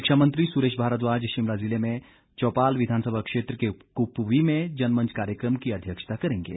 शिक्षा मंत्री सुरेश भारद्वाज शिमला जिले में चौपाल विधानसभा क्षेत्र के कृपवी में जनमंच कार्यक्रम की अध्यक्षता करेंगे